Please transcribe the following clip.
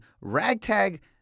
ragtag